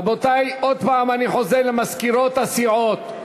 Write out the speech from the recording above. רבותי, עוד פעם אני חוזר למזכירות הסיעות.